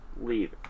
leave